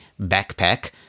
backpack